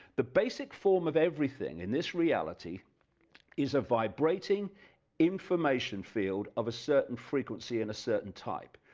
the basic form of everything in this reality is a vibrating information field of a certain frequency and a certain type,